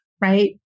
right